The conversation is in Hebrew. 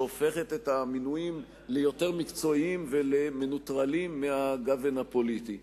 שהופכת את המינויים ליותר מקצועיים ולמנוטרלים מהגוון הפוליטי.